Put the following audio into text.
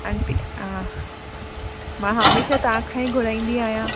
aunty मां हंमेशा तांखा ही घुरांयदी अहियां